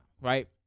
right